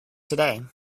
today